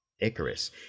Icarus